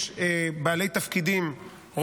יש בעלי תפקידים,